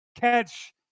catch